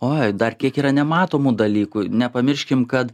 oi dar kiek yra nematomų dalykų nepamirškim kad